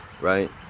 right